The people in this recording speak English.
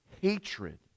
hatred